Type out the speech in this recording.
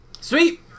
Sweet